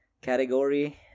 category